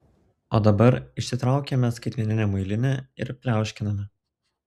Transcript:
o dabar išsitraukiame skaitmeninę muilinę ir pliauškiname